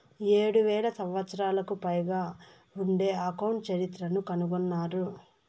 ఏడు వేల సంవత్సరాలకు పైగా ఉండే అకౌంట్ చరిత్రను కనుగొన్నారు